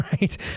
Right